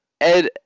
Ed